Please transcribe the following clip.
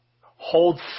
Hold